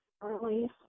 currently